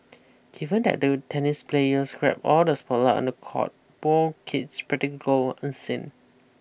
given that the tennis players grab all the spotlight on the court ball kids practically go unseen